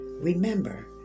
remember